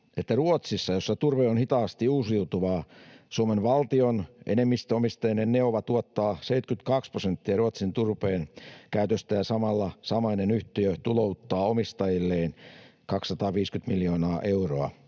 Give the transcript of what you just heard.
että Ruotsissa, jossa turve on hitaasti uusiutuvaa, Suomen valtion enemmistöomisteinen Neova tuottaa 72 prosenttia Ruotsin turpeen käytöstä, ja samalla samainen yhtiö tulouttaa omistajilleen 250 miljoonaa euroa.